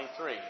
23